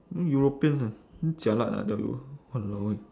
then europeans ah damn jialat ah I tell you !walao! eh